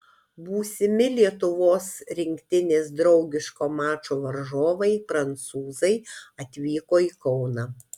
būsimi lietuvos rinktinės draugiško mačo varžovai prancūzai atvyko į kauną